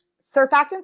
Surfactants